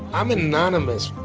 i'm anonymous.